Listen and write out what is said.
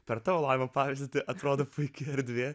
per tau labiau paerzinti atrodo puiki erdvė